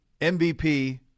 MVP